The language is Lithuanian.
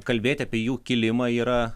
kalbėti apie jų kilimą yra